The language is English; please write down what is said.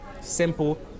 simple